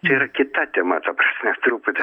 čia yra kita tema ta prasme truputį